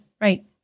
right